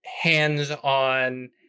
hands-on